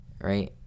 right